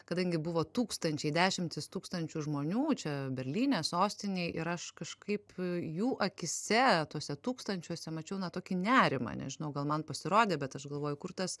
kadangi buvo tūkstančiai dešimtys tūkstančių žmonių čia berlyne sostinėj ir aš kažkaip jų akyse tuose tūkstančiuose mačiau na tokį nerimą nežinau gal man pasirodė bet aš galvoju kur tas